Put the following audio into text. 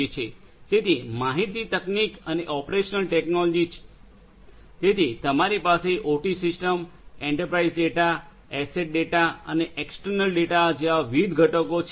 તેથી માહિતી તકનીકી અને ઓપરેશનલ ટેકનોલોજી તેથી તમારી પાસે OT systems enterprise data asset data અને એક્સટર્નલ ડેટા જેવા વિવિધ ઘટકો છે